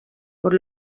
por